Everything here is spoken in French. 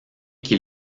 qu’il